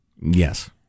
Yes